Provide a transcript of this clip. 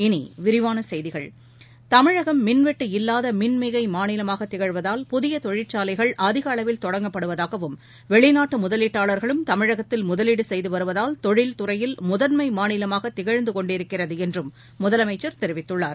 இனிவிரிவானசெய்திகள் தமிழகம் மின்வெட்டு இல்லாதமின்மிகைமாநிலமாகத் திகழ்வதால் புதியதொழிற்சாலைகள் அதிகளவில் தொடங்கப்படுதாகவும் வெளிநாட்டுமுதலீட்டாளர்களும் தமிழகத்தில் முதலீடுசெய்துவருவதால் தொழில் துறையில் முதன்மமாநிலமாகதிகழ்ந்துகொண்டிருக்கிறதுஎன்றும் முதலமைச்சர் தெரிவித்துள்ளார்